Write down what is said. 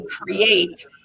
create